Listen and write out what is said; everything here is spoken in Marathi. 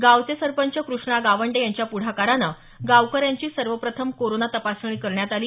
गावचे सरपंच कृष्णा गावंडे यांच्या प्ढाकारानं गावकऱ्यांची सर्वप्रथम कोरोना तपासणी करण्यात आली